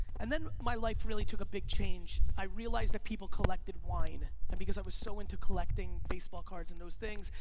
and then my life really took a big change. i realized that people collected wine. and because i was so into collecting baseball cards and those things,